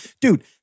Dude